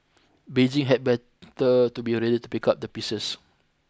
Beijing had better to be ready to pick up the pieces